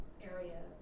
area